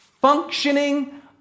functioning